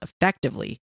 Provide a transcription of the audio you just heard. effectively